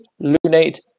lunate